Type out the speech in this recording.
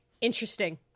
Interesting